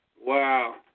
Wow